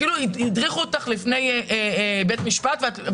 כאילו הדריכו אותך לפני בית משפט.